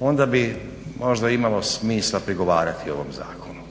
onda bi možda imalo smisla prigovarati o ovom zakonu.